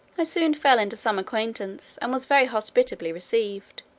i soon fell into some acquaintance, and was very hospitably received.